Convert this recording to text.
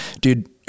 dude